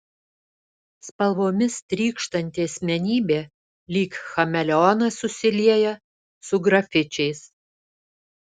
spalvomis trykštanti asmenybė lyg chameleonas susilieja su grafičiais